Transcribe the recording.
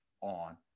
on